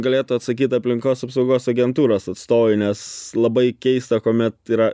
galėtų atsakyt aplinkos apsaugos agentūros atstovai nes labai keista kuomet yra